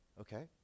okay